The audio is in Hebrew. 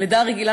הלידה הרגילה